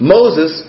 Moses